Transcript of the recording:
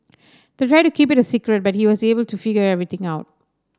they tried to keep it a secret but he was able to figure everything out